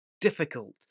difficult